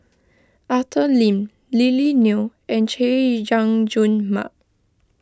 Arthur Lim Lily Neo and Chay Jung Jun Mark